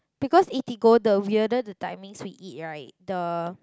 because Eatigo the weirder the timings we eat right the